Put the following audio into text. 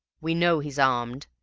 we know he's armed.